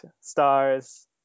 stars